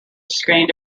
screened